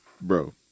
bro